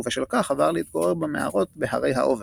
ובשל כך עבר להתגורר במערות בהרי האובך,